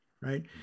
right